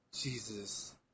Jesus